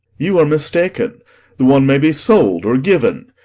you are mistaken the one may be sold or given,